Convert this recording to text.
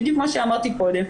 בדיוק מה שאמרתי קודם,